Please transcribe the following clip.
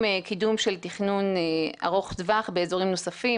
קידום של תכנון ארוך טווח באזורים נוספים.